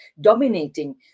dominating